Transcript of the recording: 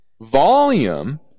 volume